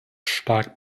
stark